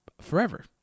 forever